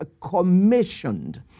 Commissioned